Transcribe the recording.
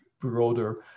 broader